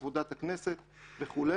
עבודת הכנסת וכו'.